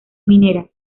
mineras